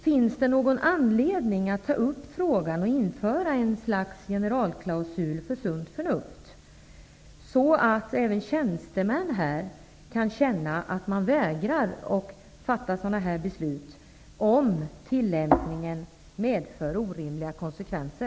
Finns det någon anledning att införa ett slags generalklausul om sunt förnuft, så att även tjänstemän kan vägra att fatta sådana här beslut, om tillämpningen medför orimliga konsekvenser?